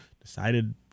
decided